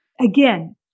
Again